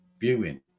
viewing